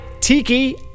Tiki